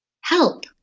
help